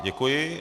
Děkuji.